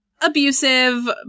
abusive